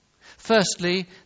Firstly